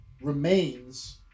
remains